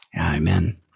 Amen